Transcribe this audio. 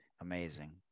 Amazing